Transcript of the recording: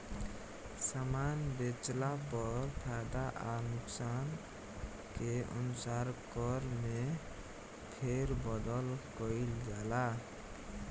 सामान बेचला पर फायदा आ नुकसान के अनुसार कर में फेरबदल कईल जाला